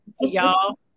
y'all